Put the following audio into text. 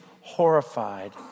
horrified